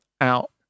out